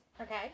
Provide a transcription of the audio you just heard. Okay